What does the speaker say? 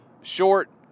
short